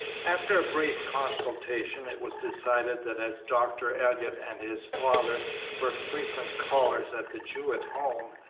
after brief consultation it was decided that as dr. elliott and his father were frequent callers at the jewett home,